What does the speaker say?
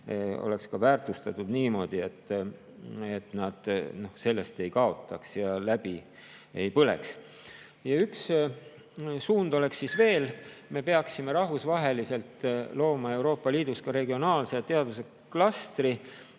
oleks ka väärtustatud niimoodi, et nad sellest ei kaotaks ja läbi ei põleks. Ja üks suund oleks veel. Me peaksime rahvusvaheliselt looma Euroopa Liidus regionaalse teaduse klastri,